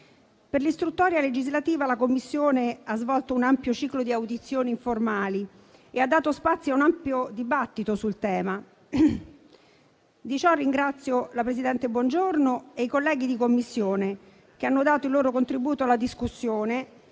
Per l'istruttoria legislativa, la Commissione ha svolto un ampio ciclo di audizioni informali e ha dato spazio a un ampio dibattito sul tema. Di ciò ringrazio la presidente Bongiorno e i colleghi della Commissione che hanno dato il loro contributo alla discussione,